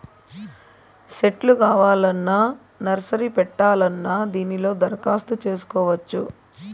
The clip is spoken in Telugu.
సెట్లు కావాలన్నా నర్సరీ పెట్టాలన్నా దీనిలో దరఖాస్తు చేసుకోవచ్చు